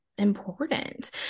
important